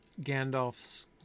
Gandalf's